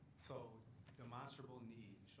so demonstrable need,